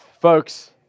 folks